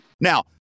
Now